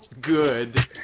good